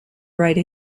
write